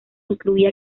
incluía